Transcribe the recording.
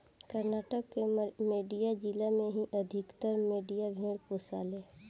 कर्नाटक के मांड्या जिला में ही अधिकतर मंड्या भेड़ पोसाले